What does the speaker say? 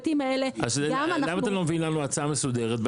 אז למה אתם לא מביעים לנו הצעה מסודרת?